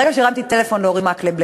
ברגע שהרמתי טלפון לאורי מקלב,